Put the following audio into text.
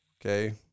okay